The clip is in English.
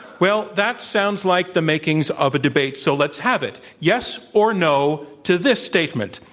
well, that sounds like the makings of a debate, so let's have it, yes, or, no, to this statement,